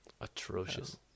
Atrocious